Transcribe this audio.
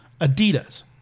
Adidas